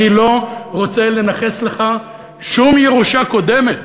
אני לא רוצה לנכס לך שום ירושה קודמת.